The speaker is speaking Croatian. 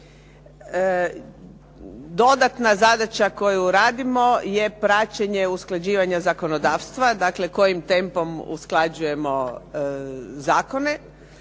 Dodatna zadaća koju radimo je praćenje usklađivanja zakonodavstva, dakle kojim tempom usklađujemo zakone.